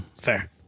Fair